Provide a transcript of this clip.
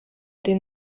den